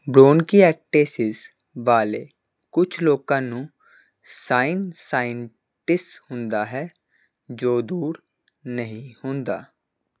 bronchiectasis ਵਾਲੇ ਕੁਝ ਲੋਕਾਂ ਨੂੰ ਸਾਈਨਸਾਈਟਿਸ ਹੁੰਦਾ ਹੈ ਜੋ ਦੂਰ ਨਹੀਂ ਹੁੰਦਾ